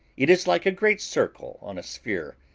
it is like a great circle on a sphere,